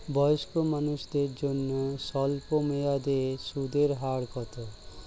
বয়স্ক মানুষদের জন্য স্বল্প মেয়াদে সুদের হার কত?